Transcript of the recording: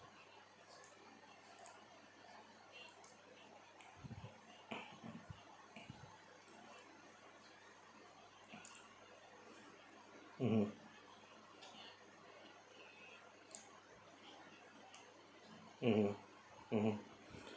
mmhmm mmhmm mmhmm